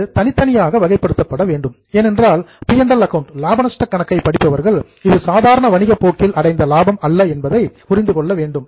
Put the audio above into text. இது தனித்தனியாக வகைப்படுத்தப்பட வேண்டும் ஏனென்றால் பி அண்ட் எல் அக்கவுண்ட் லாப நஷ்ட கணக்கை படிப்பவர்கள் இது சாதாரண வணிக போக்கில் அடைந்த லாபம் அல்ல என்பதை அறிந்து கொள்ள வேண்டும்